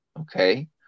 okay